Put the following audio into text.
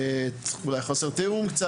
וחוסר תיאום,